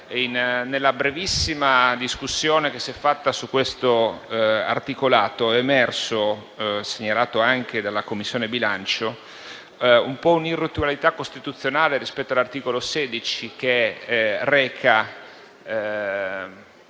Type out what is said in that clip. Nella brevissima discussione che si è svolta su questo articolato è emersa, segnalata anche dalla Commissione bilancio, una certa irritualità costituzionale rispetto all'articolo 16, che reca